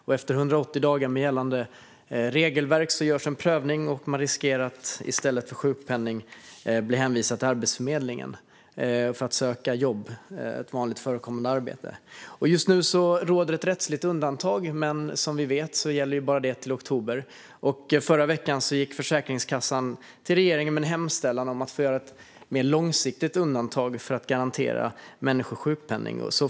Med gällande regelverk görs efter 180 dagar en prövning, och man riskerar att i stället för att få sjukpenning bli hänvisad till Arbetsförmedlingen för att söka jobb - ett vanligt förekommande arbete. Just nu råder ett rättsligt undantag, men som vi vet gäller det bara till och med oktober. Förra veckan gick Försäkringskassan till regeringen med en hemställan om att få göra ett mer långsiktigt undantag för att garantera människor sjukpenning.